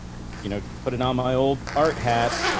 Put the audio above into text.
you know, put it on my old art hat.